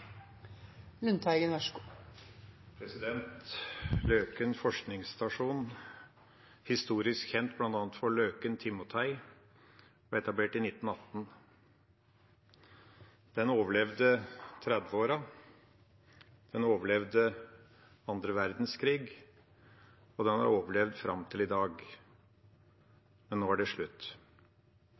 Løken forskningsstasjon, historisk kjent bl.a. for Løken timotei, ble etablert i 1918. Den overlevde 30-åra, den overlevde 2. verdenskrig, og den har overlevd fram til i dag. Men nå er det slutt.